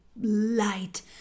light